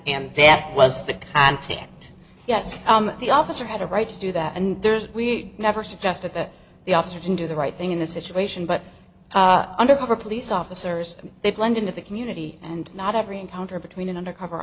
and that was the antic yes the officer had a right to do that and there's we never suggested that the officer didn't do the right thing in this situation but undercover police officers they blend into the community and not every encounter between an undercover